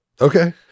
Okay